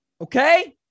Okay